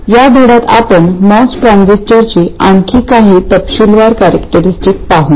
या धड्यात आपण मॉस ट्रान्झिस्टरची आणखी काही तपशीलवार कॅरेक्टरस्टिक पाहू